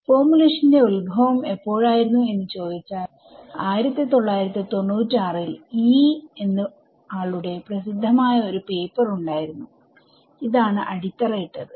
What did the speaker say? ഫോർമുലേഷന്റെ ഉത്ഭവം എപ്പോഴായിരുന്നു എന്ന് ചോദിച്ചാൽ1996 ൽ Yee എന്ന ആളുടെ പ്രസിദ്ധമായ ഒരു പേപ്പർ ഉണ്ടായിരുന്നു ഇതാണ് അടിത്തറ ഇട്ടത്